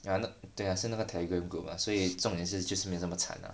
ya lah 对啊是那个 telegram group ah 所以重点是就是没那么惨 ah